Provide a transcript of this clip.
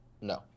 No